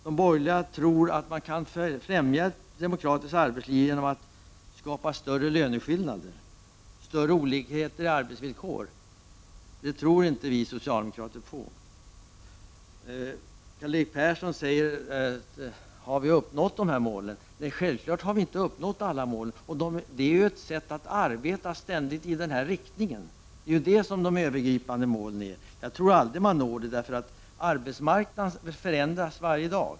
De borgerliga tror att man kan främja ett demokratiskt arbets liv genom att skapa större löneskillnader och större olikheter i arbetsvillkor. Det tror inte vi socialdemokrater på. Karl-Erik Persson undrar om vi har uppnått dessa mål. Självfallet har vi inte uppnått alla mål. Men man måste ständigt arbeta i den riktningen. Det är vad de övergripande målen går ut på. Jag tror aldrig man når dessa mål då arbetsmarknaden förändras varje dag.